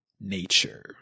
nature